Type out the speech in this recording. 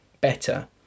better